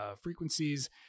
frequencies